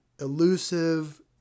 elusive